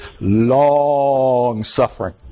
long-suffering